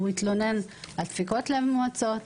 הוא התלונן על דפיקות לב מואצות,